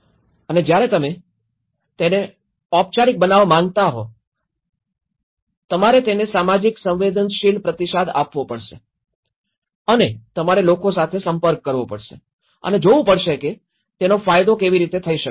અને જ્યારે તમે તેને ઔપચારિક બનાવવા માંગતા હો તમારે તેને સામાજિક સંવેદનશીલ પ્રતિસાદ આપવો પડશે અને તમારે લોકો સાથે સંપર્ક કરવો પડશે અને જોવું પડશે કે તેનો ફાયદો કેવી રીતે થઈ શકે છે